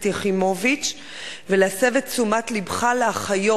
יחימוביץ ולהסב את תשומת לבך לאחיות.